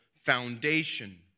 foundation